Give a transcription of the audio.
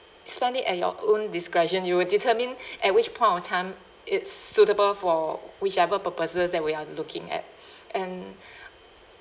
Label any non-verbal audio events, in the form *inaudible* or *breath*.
spend it at your own discretion you would determine *breath* at which point of time it's suitable for whichever purposes that we are looking at *breath* and *breath*